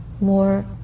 more